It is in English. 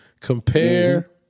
Compare